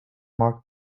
marked